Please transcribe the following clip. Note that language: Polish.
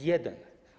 Jeden.